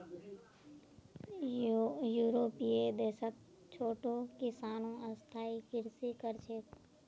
यूरोपीय देशत छोटो किसानो स्थायी कृषि कर छेक